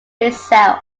itself